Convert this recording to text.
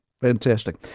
Fantastic